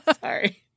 sorry